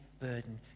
burden